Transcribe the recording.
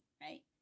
right